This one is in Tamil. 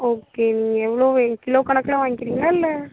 ஓகே நீங்கள் எவ்வளோ வேணும் கிலோ கணக்கில் வாங்கிக்கிறீங்களா இல்லை